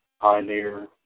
pioneer